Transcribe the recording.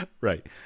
right